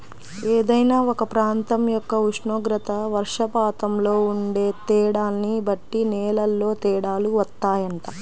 ఏదైనా ఒక ప్రాంతం యొక్క ఉష్ణోగ్రత, వర్షపాతంలో ఉండే తేడాల్ని బట్టి నేలల్లో తేడాలు వత్తాయంట